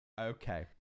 Okay